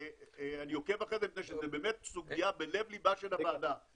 ואני עוקב אחרי זה מפני שזו באמת סוגיה בלב ליבה של הוועדה.